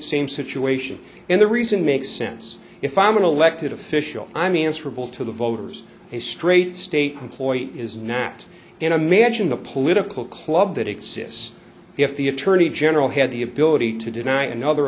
situation and the reason makes sense if i am an elected official i mean answerable to the voters he's straight state employee is not in a mansion a political club that exists if the attorney general had the ability to deny another